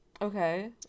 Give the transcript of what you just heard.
Okay